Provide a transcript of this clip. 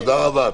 תודה רבה.